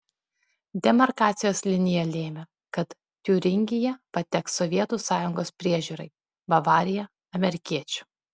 demarkacijos linija lėmė kad tiuringija pateks sovietų sąjungos priežiūrai bavarija amerikiečių